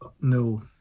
No